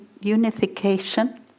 unification